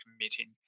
committing